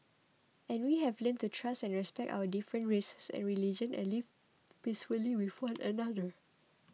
and we have learnt to trust and respect our different races and religions and live peace really full another